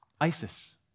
ISIS